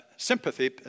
Sympathy